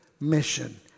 mission